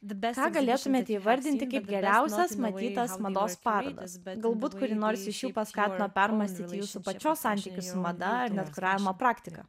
ką galėtumėt įvardinti kaip geriausias matytas mados parodas galbūt kuri nors iš jų paskatino permąstyti jūsų pačios santykį su mada ar net kuravimo praktika